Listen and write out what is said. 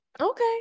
Okay